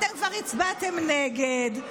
אתם כבר הצבעתם נגד.